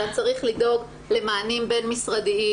אלא צריך לדאוג למענים בין-משרדיים,